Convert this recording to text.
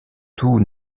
tout